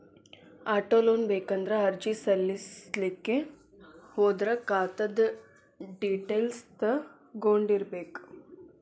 auto loan ಬೇಕಂದ್ರ ಅರ್ಜಿ ಸಲ್ಲಸ್ಲಿಕ್ಕೆ ಹೋದ್ರ ಖಾತಾದ್ದ್ ಡಿಟೈಲ್ಸ್ ತಗೊಂಢೊಗಿರ್ಬೇಕ್